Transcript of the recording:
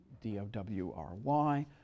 D-O-W-R-Y